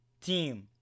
team